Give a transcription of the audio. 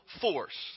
force